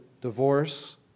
divorce